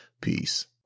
Peace